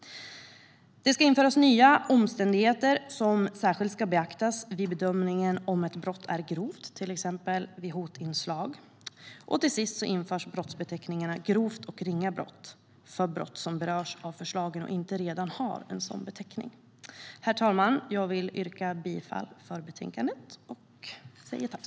Det ska införas nya omständigheter som särskilt ska beaktas vid bedömningen av om ett brott är grovt, till exempel vid hotinslag. Till sist införs brottsbeteckningarna grovt och ringa brott för brott som berörs av förslagen och inte redan har en sådan beteckning. Herr talman! Jag yrkar bifall till utskottets förslag.